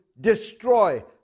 destroy